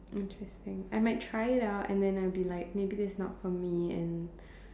interesting I might try it out and then I will be like maybe this is not for me and